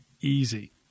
easy